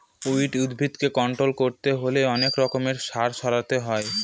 weed উদ্ভিদকে control করতে হলে অনেক রকমের সার ছড়াতে হয়